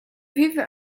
vivent